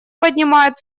поднимает